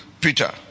Peter